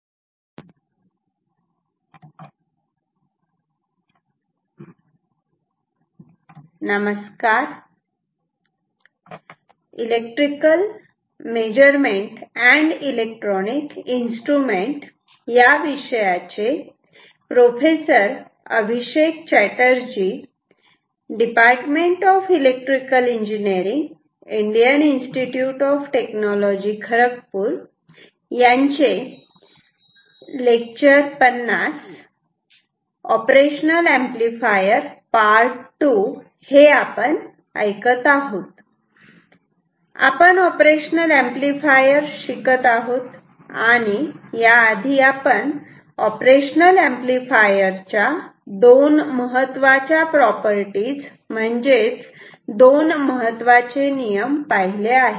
0 background operational amplifier II आपण operational amplifier शिकत आहोत आणि या आधी आपण ऑपरेशनल ऍम्प्लिफायर च्या दोन महत्वाच्या प्रॉपर्टीज म्हणजेच दोन महत्त्वाचे नियम पाहिले आहेत